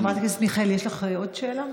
חברת הכנסת מיכאלי, יש לך עוד שאלה?